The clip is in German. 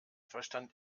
verstand